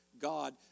God